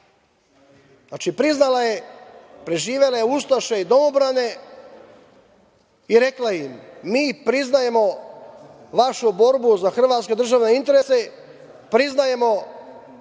Znači, priznala je preživele ustaše i domobrane i rekla im – mi priznajemo vašu borbu za hrvatske državne interese, priznajemo